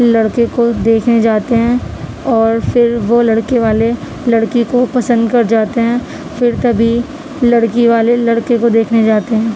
لڑکے کو دیکھنے جاتے ہیں اور پھر وہ لڑکے والے لڑکی کو پسند کر جاتے ہیں پھر تبھی لڑکی والے لڑکے کو دیکھنے جاتے ہیں